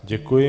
Děkuji.